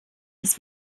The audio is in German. des